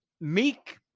meek